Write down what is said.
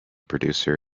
producer